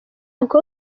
uncle